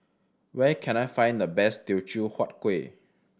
where can I find the best Teochew Huat Kueh